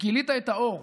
גילית את האור.